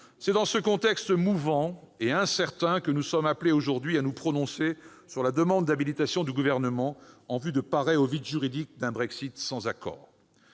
C'est dans ce contexte mouvant et incertain que nous sommes appelés aujourd'hui à nous prononcer sur la demande d'habilitation formulée par le Gouvernement en vue de combler le vide juridique que provoquerait un Brexit sans accord.